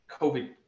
COVID